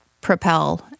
propel